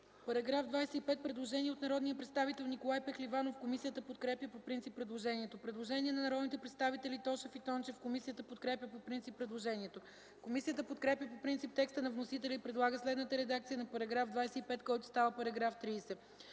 предложението. Предложение на народния представител Николай Пехливанов. Комисията подкрепя по принцип предложението. Постъпило е предложение от народните представители Тошев и Тончев. Комисията подкрепя по принцип предложението. Комисията подкрепя по принцип текста на вносителя и предлага следната редакция на § 16, който става § 17: „§ 17.